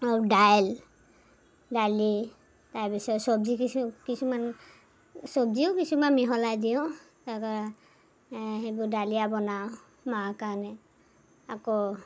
আৰু দাইল দালি তাৰপিছত চবজি কিছু কিছুমান চবজিও কিছুমান মিহলাই দিওঁ তাৰপৰা সেইবোৰ দালিয়া বনাওঁ মাৰ কাৰণে আকৌ